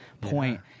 point